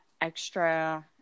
extra